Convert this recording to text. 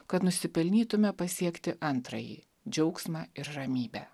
kad nusipelnytume pasiekti antrąjį džiaugsmą ir ramybę